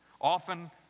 Often